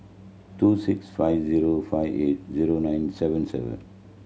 two six five zero five eight zero nine seven seven